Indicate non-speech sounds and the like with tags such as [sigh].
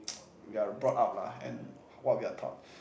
[noise] we are brought up lah and what we are taught